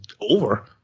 over